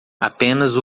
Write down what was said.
apenas